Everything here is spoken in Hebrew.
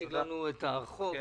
תציג לנו את החוק,